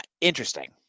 interesting